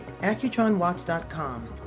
accutronwatch.com